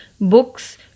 books